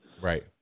Right